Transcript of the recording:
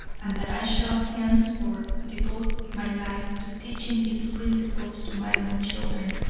and that i shall henceforth devote my life to teaching its principles to my own children,